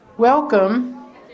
welcome